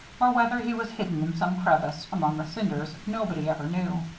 or whether he was hidden in some crevice among the cinders, nobody ever knew.